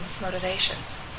motivations